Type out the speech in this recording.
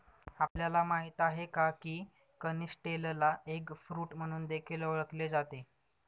आपल्याला माहित आहे का? की कनिस्टेलला एग फ्रूट म्हणून देखील ओळखले जाते